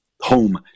home